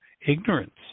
ignorance